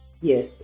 Yes